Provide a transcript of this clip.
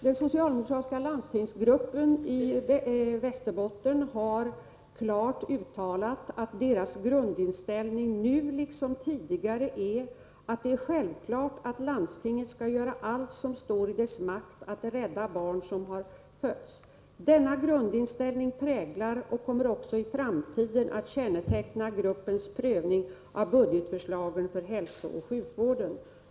Den socialdemokratiska landstingsgruppen i Västerbottens län har klart uttalat att dess grundinställning nu liksom tidigare är att det är självklart att landstinget skall göra allt som står i dess makt för att rädda ett barn som har fötts. Denna grundinställning kommer också i framtiden att känneteckna gruppens prövning av budgetförslag beträffande hälsooch sjukvården.